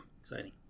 Exciting